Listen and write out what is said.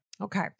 Okay